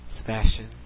Sebastian